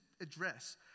address